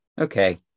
Okay